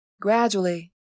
Gradually